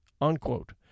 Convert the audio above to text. unquote